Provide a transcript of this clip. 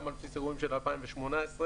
גם על בסיס אירועים של 2018 חלקם.